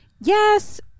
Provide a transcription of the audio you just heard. yes